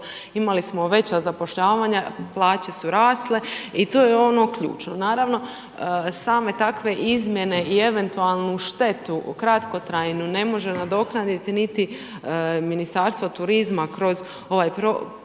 imali smo veća zapošljavanja, plaće su rasle i tu je ono ključno. Naravno same takve izmjene i eventualnu štetu kratkotrajnu ne može nadoknaditi niti Ministarstvo turizma kroz ovaj, kroz ove